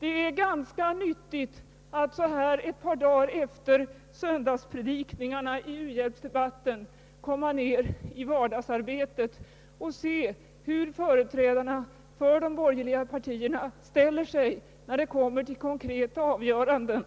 Det är ganska nyttigt att så här ett par da gar efter söndagspredikningarna i uhjälpsdebatten komma in i vardagsarbetet igen och se hur företrädarna för de borgerliga partierna ställer sig när det kommer till konkreta avgöranden;